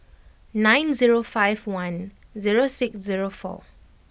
nine zero five one zero six zero four